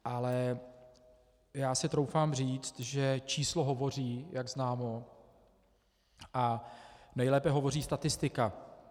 Ale já si troufám říct, že číslo hovoří, jak známo, a nejlépe hovoří statistika.